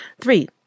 Three